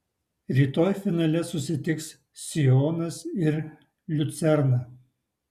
rytoj finale susitiks sionas ir liucerna